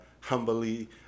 humbly